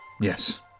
Yes